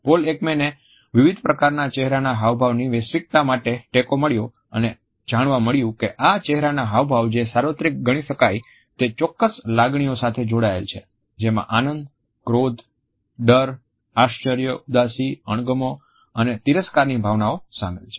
pole એકમેનને વિવિધ પ્રકારના ચહેરાના હાવભાવની વૈશ્વિકતા માટે ટેકો મળ્યો અને જાણવા મળ્યું કે આ ચહેરાના હાવભાવ જે સાર્વત્રિક ગણી શકાય તે ચોક્કસ લાગણીઓ સાથે જોડાયેલા છે જેમાં આનંદ ક્રોધ ડર આશ્ચર્ય ઉદાસી અણગમો અને તિરસ્કારની ભાવનાઓ શામેલ છે